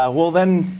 ah well, then,